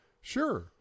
sure